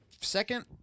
second